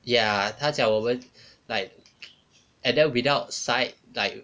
ya 他讲我们 like and then without sight like